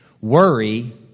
Worry